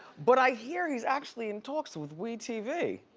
but i hear he's actually in talks with we tv.